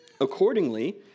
Accordingly